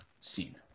scene